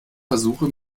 versuche